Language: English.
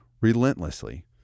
relentlessly